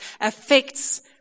affects